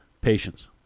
patience